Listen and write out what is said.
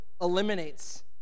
eliminates